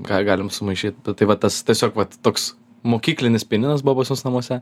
ką galim sumaišyt tai va tas tiesiog vat toks mokyklinis pianinas buvo pas mus namuose